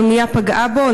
שאונייה פגעה בו.